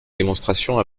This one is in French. démonstration